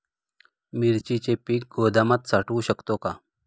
मिरचीचे पीक गोदामात साठवू शकतो का?